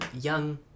young